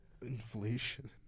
Inflation